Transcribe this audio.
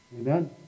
Amen